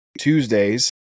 Tuesdays